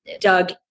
Doug